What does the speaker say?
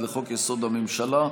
לחוק-יסוד: הממשלה.